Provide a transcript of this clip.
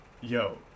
Yo